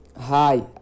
Hi